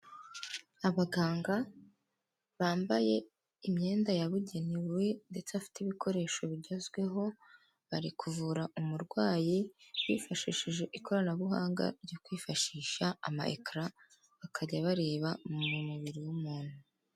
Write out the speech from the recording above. Abaganga bambaye imyenda yabugenewe ndetse bafite ibikoresho bigezweho, bari kuvura umurwayi bifashishije ikoranabuhanga ryo kwifashisha ama ekara bakajya bareba mu mubiri w'umuntu.